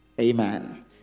amen